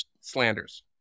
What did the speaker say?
slanders